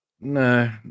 No